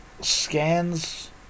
scans